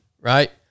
right